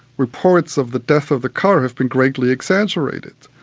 reports of the death of the car have been greatly exaggerated,